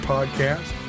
Podcast